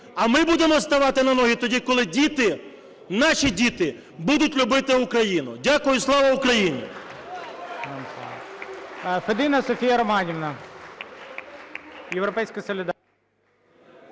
А ми будемо ставати на ноги, тоді, коли діти, наші діти будуть любити Україну. Дякую. І слава Україні!